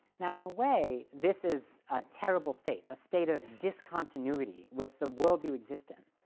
now, in a way this is a terrible state, a state of discontinuity with the world you exist in.